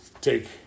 take